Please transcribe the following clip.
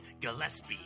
Gillespie